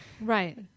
Right